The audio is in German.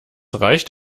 reicht